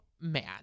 man